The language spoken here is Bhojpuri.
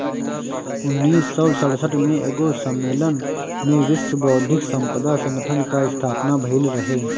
उन्नीस सौ सड़सठ में एगो सम्मलेन में विश्व बौद्धिक संपदा संगठन कअ स्थापना भइल रहे